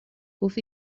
گفت